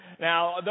Now